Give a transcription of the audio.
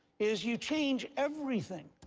is you change everything.